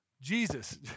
Jesus